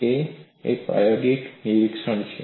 તે એક પ્રાયોગિક નિરીક્ષણ છે